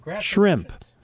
shrimp